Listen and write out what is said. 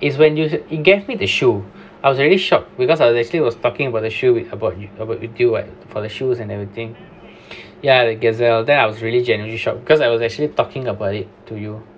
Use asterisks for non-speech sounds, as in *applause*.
is when you say it gave me the shoe I was really shocked because I was actually was talking about the shoe about you about you what for the shoes and everything *breath* ya the Gazelle then I was really genuinely shocked because I was actually talking about it to you